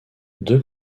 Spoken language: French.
deux